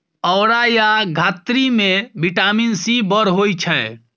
औरा या धातृ मे बिटामिन सी बड़ होइ छै